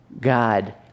God